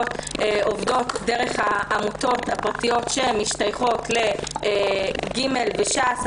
עובדות דרך העמותות הפרטיות שמשתייכות ל-"ג" וש"ס,